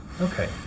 Okay